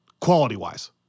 Quality-wise